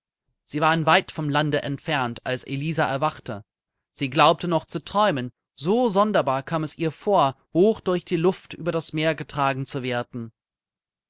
sie waren weit vom lande entfernt als elisa erwachte sie glaubte noch zu träumen so sonderbar kam es ihr vor hoch durch die luft über das meer getragen zu werden